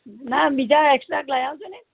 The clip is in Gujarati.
ના બીજા એકસ્ટ્રા લઈ આવજો ને